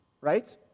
right